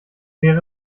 wäre